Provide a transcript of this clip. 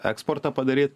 eksportą padaryt